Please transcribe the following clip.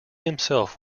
himself